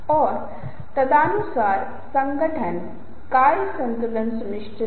लेकिन सिर्फ एक रवैया विकसित करना कहानी का अंत नहीं है क्योंकि आपको एक रवैया पर कार्य करने की आवश्यकता है